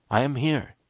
i am here